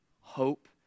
hope